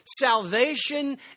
salvation